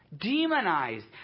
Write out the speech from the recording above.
demonized